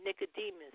Nicodemus